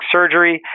Surgery